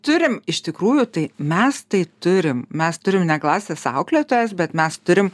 turim iš tikrųjų tai mes tai turim mes turim ne klasės auklėtojas bet mes turim